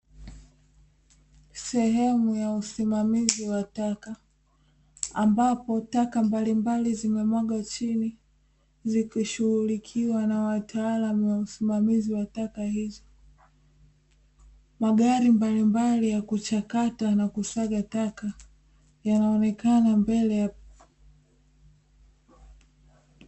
Sehemu ya usimamizi wa taka ambapo taka mbalimbali zimemwagwa chini zikishughulikiwa na wataalamu wa usimamizi wa taka hizo. Magari mbalimbali ya kuchakata na kusaga taka yanaonekana mbele yake.